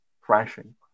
crashing